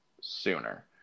sooner